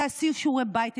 תעשי שיעורי בית,